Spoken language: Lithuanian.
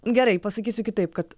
gerai pasakysiu kitaip kad